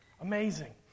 amazing